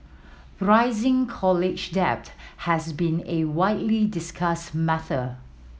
rising college debt has been a widely discussed matter